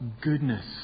goodness